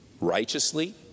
Righteously